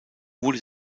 wurde